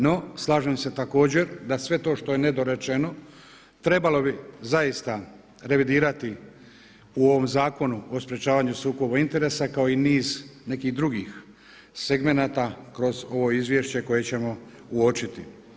No, slažem se također da sve to što je nedorečeno trebalo bi zaista revidirati u ovom Zakonu o sprječavanju sukoba interesa kao i niz nekih drugih segmenata kroz ovo izvješće koje ćemo uočiti.